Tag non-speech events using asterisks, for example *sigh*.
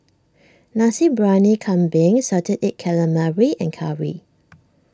Nasi Briyani Kambing Salted Egg Calamari and Curry *noise*